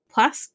Plus